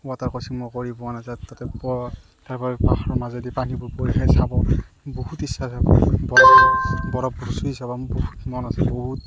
water crossing মই কৰি পোৱা নাই তাত তাতেপৰা এবাৰ পাহাৰৰ মাজেদি পানীবোৰ বৈ থাকে চাব বহুত ইচ্ছা যায় বৰফ বৰফবোৰ চুই চাব মোৰ বহুত মন আছে বহুত